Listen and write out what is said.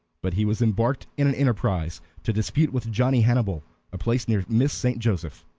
but he was embarked in an enterprise to dispute with johnny hannibal a place near miss st. joseph.